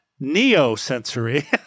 Neo-sensory